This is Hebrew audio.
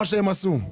את מה שהם עשו,